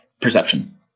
Perception